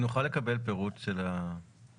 נוכל לקבל פירוט של הגורמים?